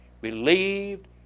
believed